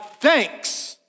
thanks